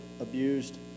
abused